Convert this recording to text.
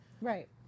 Right